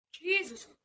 Jesus